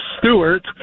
Stewart